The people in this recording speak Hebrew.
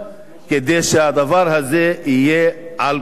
כדי שהדבר הזה יהיה על כולנו.